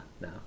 No